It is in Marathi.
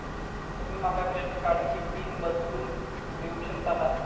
तुमी माका क्रेडिट कार्डची पिन बदलून देऊक शकता काय?